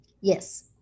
Yes